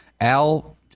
Al